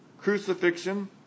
crucifixion